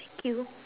thank you